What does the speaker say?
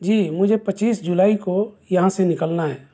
جی مجھے پچیس جولائی کو یہاں سے نکلنا ہے